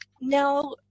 now